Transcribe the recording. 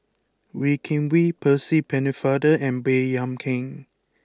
Wee Kim Wee Percy Pennefather and Baey Yam Keng